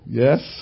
yes